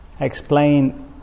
explain